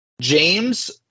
James